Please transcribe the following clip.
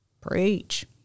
Preach